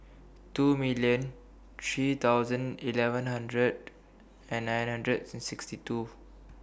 two million three thousand eleven hundred and nine hundred and sixty two